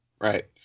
Right